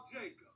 Jacob